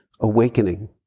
awakening